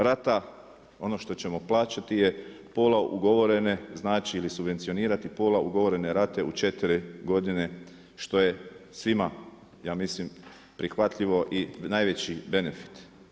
Rata, ono što ćemo plaćati je pola ugovorene, znači ili subvencionirati pola ugovorene rate u 4 godine što je svima ja mislim, prihvatljivo i najveći benefit.